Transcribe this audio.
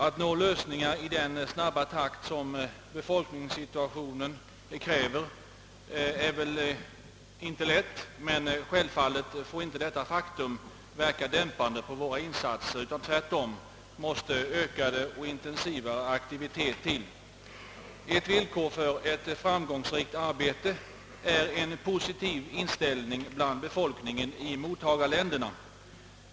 Att nå lösningar i den snabba takt som befolkningssituationen kräver är inte lätt, men självfallet får inte detta faktum verka dämpande på våra insatser. Tvärtom behövs det ökad, mera intensiv aktivitet. Ett villkor för ett framgångsrikt arbete är en positiv inställning hos befolkningen i mottagarländerna.